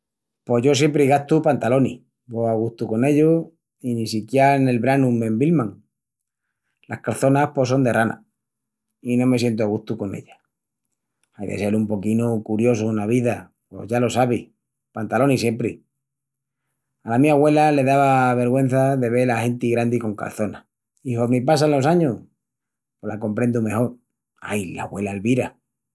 Pos yo siempri gastu pantalonis, vo a gustu con ellus, i ni siquiá nel branu m'embilman. Las calçonas pos son de rana, i no me sientu a gustu con ellas. Ai de sel un poquinu curiosu ena vida. Pos ya lo sabis, pantalonis siempri. Ala mi agüela le dava vergüença de vel a genti grandi con calçonas. I hormi passan los añus pos la comprendu mejol, ai, l'agüela Elvira!